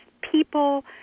people